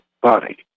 body